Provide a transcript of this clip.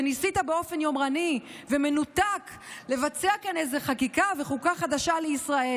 וניסית באופן יומרני ומנותק לבצע כאן איזו חקיקה וחוקה חדשה לישראל.